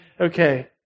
okay